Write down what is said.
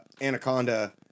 Anaconda